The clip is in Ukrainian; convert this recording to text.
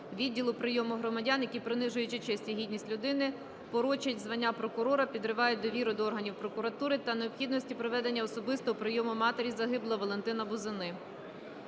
відділу прийому громадян, які принижують честь і гідність людини, порочать звання прокурора, підривають довіру до органів прокуратури, та необхідності проведення особистого прийому матері загиблого - Валентини Бузини.